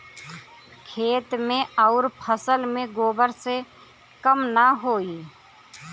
खेत मे अउर फसल मे गोबर से कम ना होई?